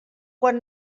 quan